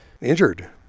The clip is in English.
injured